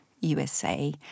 USA